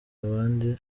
abandi